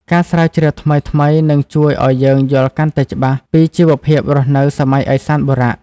ការស្រាវជ្រាវថ្មីៗនឹងជួយឱ្យយើងយល់កាន់តែច្បាស់ពីជីវភាពរស់នៅសម័យឦសានបុរៈ។